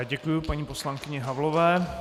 Děkuji paní poslankyni Havlové.